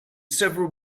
several